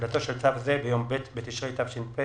תחילתו של צו זה ביום ב' בתשרי תש"ף,